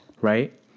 right